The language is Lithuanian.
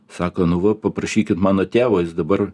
sako nu va paprašykit mano tėvo jis dabar